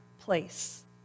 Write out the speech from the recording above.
place